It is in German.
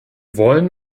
wollen